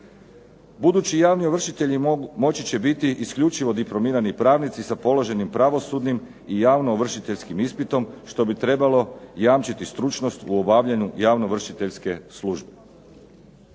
Budući javni ovršitelji moći će biti isključivo diplomirani pravnici sa položenim pravosudnim i javno ovršiteljskim ispitom što bi trebalo jamčiti stručnost u obavljanju javno ovršiteljske službe.